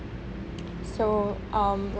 so um